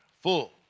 full